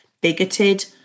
bigoted